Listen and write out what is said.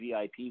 VIP